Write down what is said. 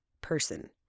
person